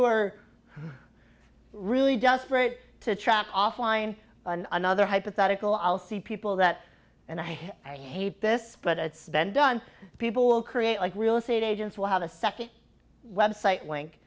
are really desperate to trap offline and another hypothetical i'll see people that and i hate this but it's been done people create like real estate agents will have a second website wink